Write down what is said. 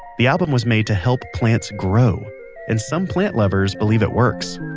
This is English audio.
the album was made to help plants grow and some plant lovers believe it works